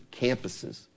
campuses